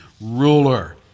ruler